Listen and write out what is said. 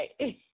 right